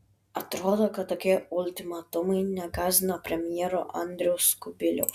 atrodo kad tokie ultimatumai negąsdina premjero andriaus kubiliaus